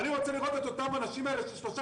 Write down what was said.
אני רוצה לראות את אותם האנשים האלה ששלושה